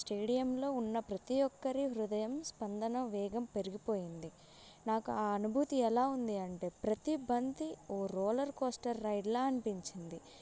స్టేడియంలో ఉన్న ప్రతి ఒక్కరి హృదయ స్పందన వేగం పెరిగిపోయింది నాకు ఆ అనుభూతి ఎలా ఉంది అంటే ప్రతి బంతి ఒక రోలర్కోస్టర్ రైడ్లాగా అనిపించింది